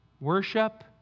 Worship